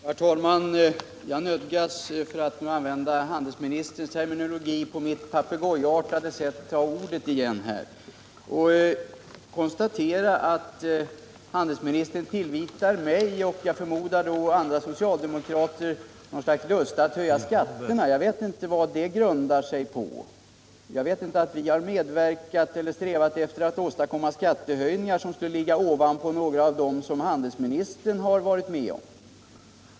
Herr talman! Jag nödgas, för att nu använda handelsministerns terminologi, på mitt papegojartade sätt ta ordet igen och konstatera att handelsministern tillvitar mig — och jag förmodar också andra socialdemokrater — något slags lust att höja skatterna. Vad det grundar sig på vet jag inte. Jag vet däremot att inte vi har strävat efter att åstadkomma skatteoch taxehöjningar som skulle ligga ovanpå några av dem som handelsministern har varit med om.